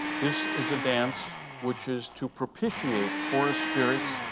this is a dance which is to propitiate forest spirits,